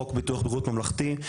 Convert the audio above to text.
חוק ביטוח בריאות ממלכתי,